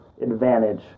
advantage